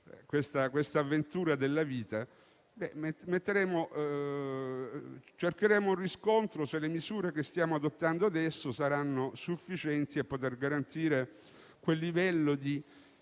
questa avventura della vita, cercheremo un riscontro per capire se le misure che stiamo adottando adesso saranno sufficienti a poter garantire quel livello di